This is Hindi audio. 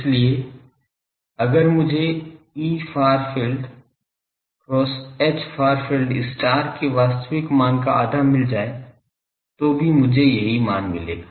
इसलिए अगर मुझे Efar field cross Hfar field के वास्तविक मान का आधा मिल जाए तो भी मुझे यही मान मिलेगा